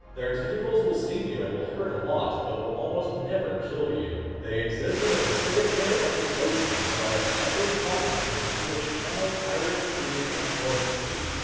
their tentacles will sting you and will hurt a lot, but will almost never kill you, they exist in the pacific and atlantic oceans, but especially common in the english channel, irish sea, and north sea.